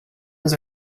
was